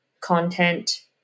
content